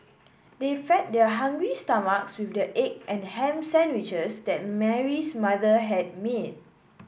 they fed their hungry stomachs with the egg and ham sandwiches that Mary's mother had made